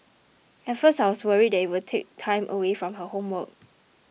at first I was worried that it would take time away from her homework